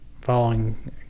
following